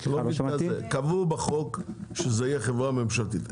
קבעו בחוק שזו תהיה חברה ממשלתית.